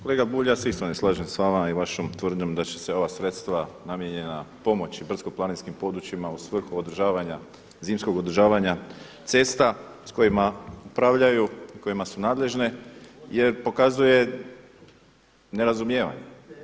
Kolega Bulj ja se isto ne slažem s vama i vašom tvrdnjom da će se ova sredstva namijenjena pomoći brdsko-planinskim područjima u svrhu zimskog održavanja cesta s kojima upravljaju, kojima su nadležne jer pokazuje nerazumijevanje.